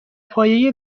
پایه